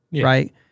right